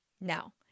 now